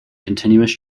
continuous